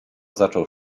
zaczął